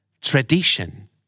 Tradition